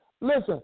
Listen